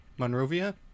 Monrovia